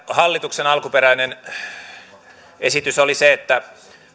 hallituksen alkuperäinen esityshän oli se että